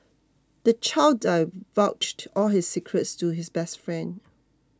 the child divulged all his secrets to his best friend